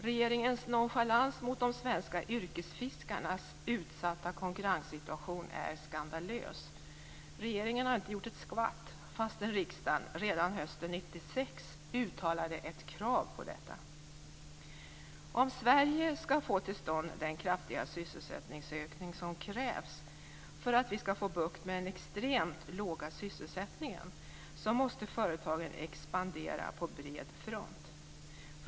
Regeringens nonchalans mot de svenska yrkesfiskarnas utsatta konkurrenssituation är skandalös. Regeringen har inte gjort ett skvatt fastän riksdagen redan hösten 1996 uttalade ett krav på detta. Om Sverige skall få till stånd den kraftiga sysselsättningsökning som krävs för att vi skall få bukt med den extremt låga sysselsättningen måste företagen expandera på bred front.